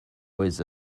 with